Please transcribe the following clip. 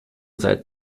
seit